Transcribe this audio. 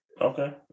Okay